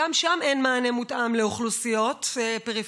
גם שם אין מענה מותאם לאוכלוסיות פריפריאליות.